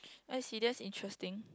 I see that's interesting